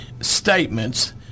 statements